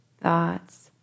thoughts